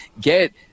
get